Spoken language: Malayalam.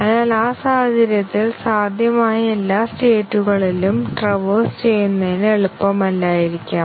അതിനാൽ ആ സാഹചര്യത്തിൽ സാധ്യമായ എല്ലാ സ്റ്റേറ്റ്കളിലും ട്രവേർസ് ചെയ്യുന്നത് എളുപ്പമല്ലായിരിക്കാം